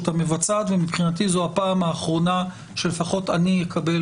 המבצעת ומבחינתי זו הפעם האחרונה שלפחות אני אקבל